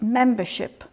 membership